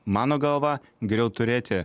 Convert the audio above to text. mano galva geriau turėti